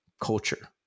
culture